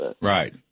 Right